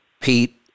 Pete